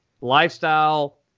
lifestyle